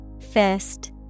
Fist